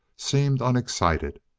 seemed unexcited.